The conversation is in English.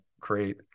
create